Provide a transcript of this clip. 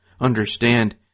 understand